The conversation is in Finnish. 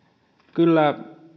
kyllä